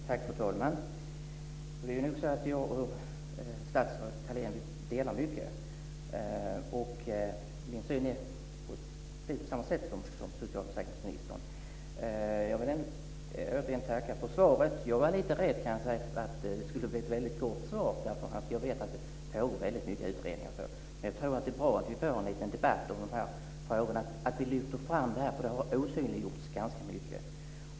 Fru talman! Det är nog så att jag och socialförsäkringsministern delar syn. Jag vill återigen tacka för svaret. Jag var lite rädd för att det skulle bli ett väldigt kort svar, därför att jag vet att det pågår många utredningar. Men jag tror att det är bra att vi får en liten debatt om de här frågorna och lyfter fram dem, för de har osynliggjorts ganska mycket.